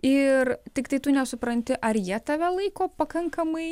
ir tiktai tu nesupranti ar jie tave laiko pakankamai